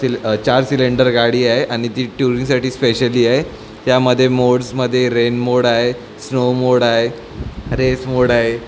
seal चार cylinder गाडी आहे आणि ती ट्युरींगसाठी स्पेशली आहे त्यामध्ये मोड्समध्ये रेन मोड आहे स्नो मोड आहे रेस मोड आहे